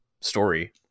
story